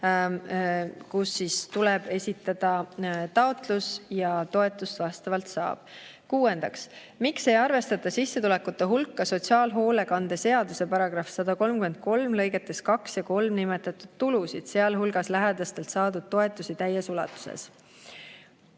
kus tuleb esitada taotlus ja toetust saab vastavalt [taotlusele]. Kuuendaks: "Miks ei arvestata sissetulekute hulka sotsiaalhoolekande seaduse § 133 lõigetes 2 ja 3 nimetatud tulusid, sealhulgas lähedastelt saadud toetusi täies ulatuses?"